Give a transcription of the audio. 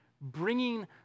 bringing